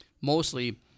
mostly